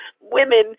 women